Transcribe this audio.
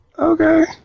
Okay